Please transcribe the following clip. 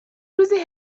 روزی